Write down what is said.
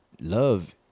Love